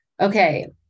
Okay